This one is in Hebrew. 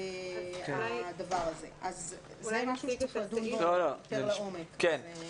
זה דבר שצריך לדון בו יותר לעומק.